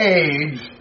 age